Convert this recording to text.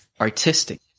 artistic